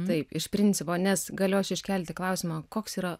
taip iš principo nes galiu aš iškelti klausimą koks yra